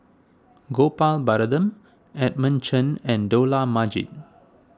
Gopal Baratham Edmund Chen and Dollah Majid